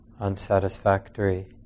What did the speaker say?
unsatisfactory